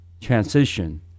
Transition